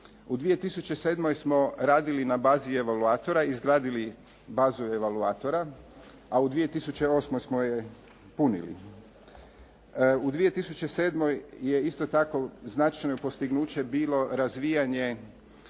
U 2007. smo radili na bavi evaluatora, izgradili bazu evaluatora, a u 2008. smo je punili. U 2007. je isto tako značajno postignuće bilo razvijanje